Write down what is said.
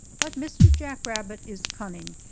but mr. jack-rabbit is cunning,